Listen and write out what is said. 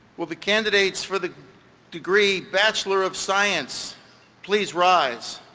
will the candidates for the degree bachelor of science please rise.